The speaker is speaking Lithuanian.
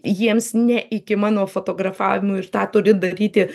jiems ne iki mano fotografavimo ir tą turi daryti